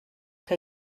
que